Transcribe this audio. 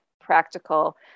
practical